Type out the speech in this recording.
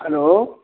hello